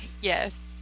Yes